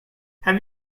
have